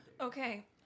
Okay